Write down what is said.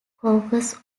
caucus